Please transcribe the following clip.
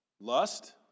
lust